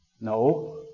No